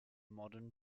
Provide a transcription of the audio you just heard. modern